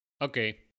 okay